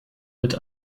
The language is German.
mit